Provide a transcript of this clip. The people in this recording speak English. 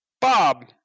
Bob